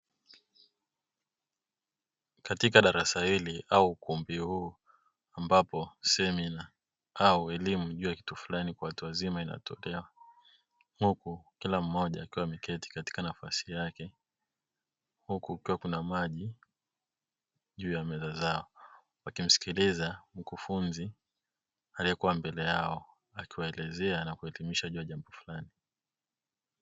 Katika darasa hili au ukumbi huu, ambapo semina au elimu juu ya kitu fulani kwa watu wazima inatolewa, ambapo kila mmoja anakuwa ameketi katika nafasi yake. Huku kukiwa na maji juu ya meza zao, wakimsikiliza mkufunzi aliyekuwa mbele yao akiwaelezea na kuhitimisha juu ya jambo fulani.